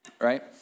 Right